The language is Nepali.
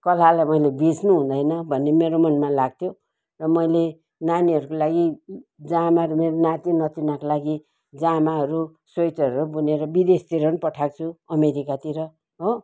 कलालाई मैले बेच्नु हुँदैन भन्ने मेरो मनमा लाग्थ्योँ र मैले नानीहरूको लागि जामाहरू मेरो नाता नातिनीहरूको लागि जामाहरू स्वेटरहरू बुनेर विदेशतिर पनि पठाएको छु अमेरिकातिर हो